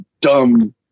dumb